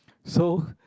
so